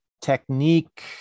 technique